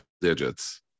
digits